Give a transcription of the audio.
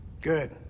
Good